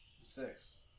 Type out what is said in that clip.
Six